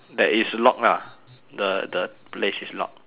there is lock lah the the place is lock